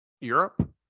Europe